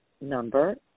number